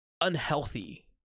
unhealthy